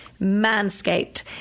MANSCAPED